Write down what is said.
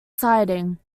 siding